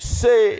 say